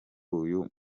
uyu